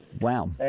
Wow